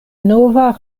nova